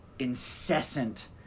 incessant